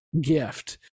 gift